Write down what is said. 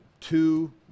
two